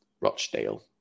Rochdale